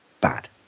bad